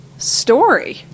story